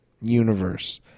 universe